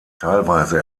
teilweise